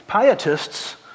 Pietists